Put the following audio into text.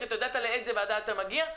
כי אתה ידעת לאיזה ועדה אתה מגיע,